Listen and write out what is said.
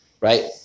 right